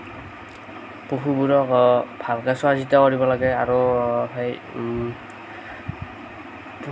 পশুবোৰক ভালকে চোৱা চিতা কৰিব লাগে আৰু সেই